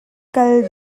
kal